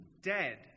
dead